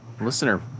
listener